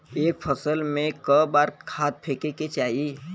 एक फसल में क बार खाद फेके के चाही?